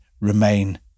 remain